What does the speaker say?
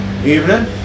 Evening